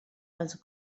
els